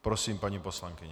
Prosím, paní poslankyně.